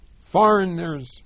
foreigners